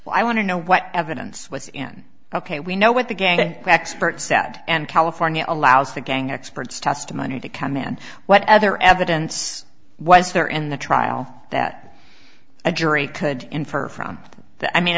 well i want to know what evidence was in ok we know what the gang expert said and california allows the gang experts testimony to come in what other evidence was there in the trial that a jury could infer from that i mean